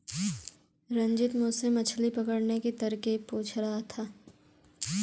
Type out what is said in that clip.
रंजित मुझसे मछली पकड़ने की तरकीब पूछ रहा था